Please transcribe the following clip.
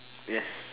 yes